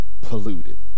polluted